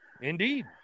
Indeed